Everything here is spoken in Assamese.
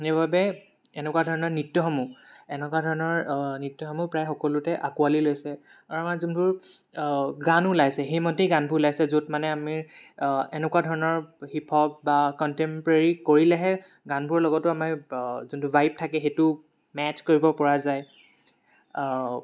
সেইবাবে এনেকুৱা ধৰণৰ নৃত্যসমূহ এনেকুৱা ধৰণৰ নৃত্যসমূহ প্ৰায় সকলোতে আকোৱালী লৈছে আৰু আমাৰ যোনবোৰ গান ওলাইছে সেইমতেই গানবোৰ ওলাইছে য'ত মানে আমি এনেকুৱা ধৰণৰ হিপ হপ বা কণ্টেম্প'ৰেৰী কৰিলেহে গানবোৰৰ লগতো আমি যোনটো ভাইব থাকে সেইটো মেটছ কৰিব পৰা যায়